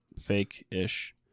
fake-ish